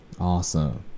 Awesome